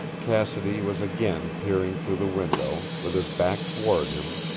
cassidy was again peering through the window, with his back toward him,